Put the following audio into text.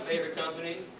favorite company.